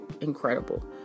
incredible